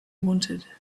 wanted